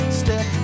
step